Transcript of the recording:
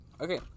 okay